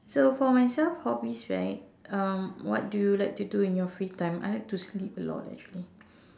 so for myself hobbies right um what do you like to do in your free time I like to sleep a lot actually